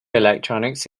electronics